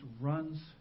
runs